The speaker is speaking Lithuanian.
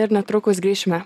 ir netrukus grįšime